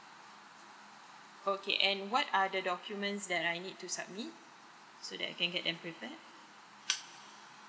okay and what are the documents that I need to submit so that I can get them prepared